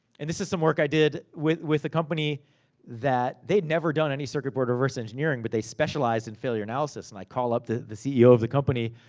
and this is some work i did with a company that they'd never done any circuit board reverse engineering. but they specialized in failure analysis. and i call up the the ceo of the company,